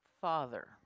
father